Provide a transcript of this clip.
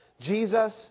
Jesus